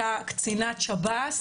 אותה קצינת שב”ס,